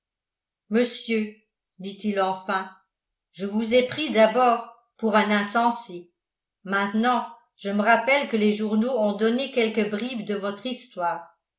monsieur dit-il enfin je vous ai pris d'abord pour un insensé maintenant je me rappelle que les journaux ont donné quelques bribes de votre histoire